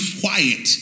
quiet